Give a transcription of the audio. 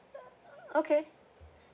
okay